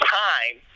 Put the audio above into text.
time